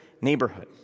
neighborhood